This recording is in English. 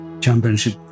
championship